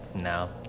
No